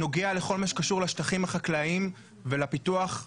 כל מה שקשור לשטחים החקלאיים ולפיתוח הכפר.